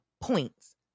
points